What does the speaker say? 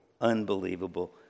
unbelievable